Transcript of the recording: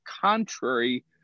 contrary